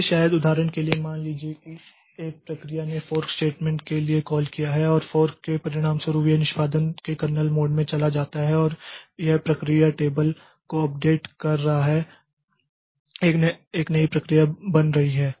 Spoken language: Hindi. इसलिए शायद उदाहरण के लिए मान लीजिए कि एक प्रक्रिया ने फोर्क स्टेटमेंट के लिए कॉल किया है और फोर्क के परिणामस्वरूप यह निष्पादन के कर्नेल मोड में चला जाता है और यह प्रक्रिया टेबल को अपडेट कर रहा है एक नई प्रक्रिया बन रही है